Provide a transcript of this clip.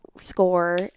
score